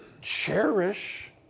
cherish